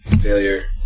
failure